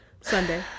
Sunday